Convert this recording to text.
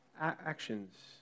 actions